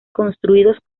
construidos